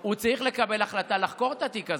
הוא צריך לקבל החלטה לחקור את התיק הזה.